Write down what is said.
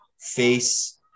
face